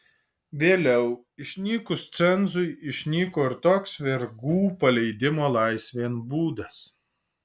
vėliau išnykus cenzui išnyko ir toks vergų paleidimo laisvėn būdas